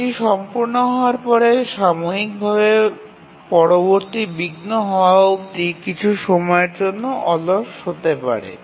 এটি সম্পূর্ণ হওয়ার পরে সাময়িক ভাবে পরবর্তী বিঘ্ন হওয়া অবধি কিছু সময়ের জন্য অলস হতে পারে